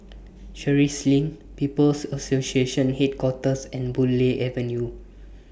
Sheares LINK People's Association Headquarters and Boon Lay Avenue